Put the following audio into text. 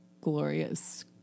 glorious